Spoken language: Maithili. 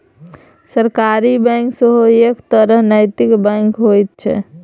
सहकारी बैंक सेहो एक तरहक नैतिक बैंक होइत छै